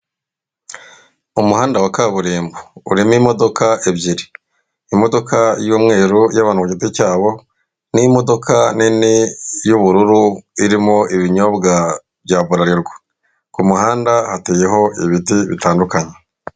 Umuhanda wa kaburimbo urimo imodoka ebyiri, imodoka y'umweru y'abantu ku giti cyabo, n'imodoka nini y'ubururu irimo ibinyobwa bya bralirwa. Ku muhanda hateyeho ibiti bitandukanye.